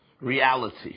reality